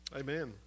Amen